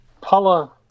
Paula